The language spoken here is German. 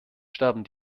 sterben